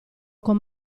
con